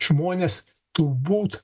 žmonės turbūt